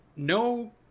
No